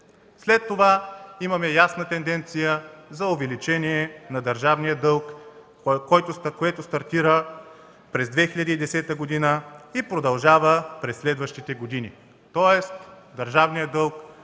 След това имаме ясна тенденция за увеличение на държавния дълг, което стартира през 2010 г. и продължава през следващите години. Увеличението на държавния дълг,